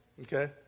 Okay